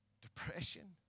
depression